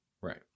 right